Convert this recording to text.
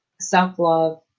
Self-love